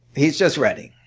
he's just ready.